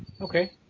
Okay